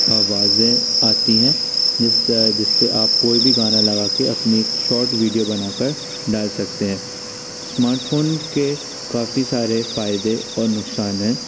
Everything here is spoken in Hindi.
आव आती हैं जिस तरह जिससे आपको कोई भी गाना लगा के अपनी शॉर्ट विडिओ बना कर डाल सकते हैं स्मार्ट फोन के काफ़ी सारे फायदे और नुकसान हैं